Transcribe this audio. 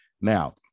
Now